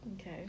Okay